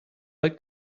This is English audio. like